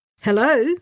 Hello